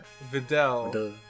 Vidal